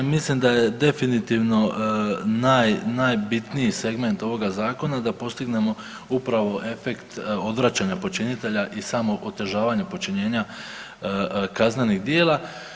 Mislim da je definitivno najbitniji segment ovoga zakona da postignemo upravo efekt odvraćanja počinitelja i samo otežavanje počinjenja kaznenih djela.